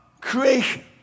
creation